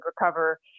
recover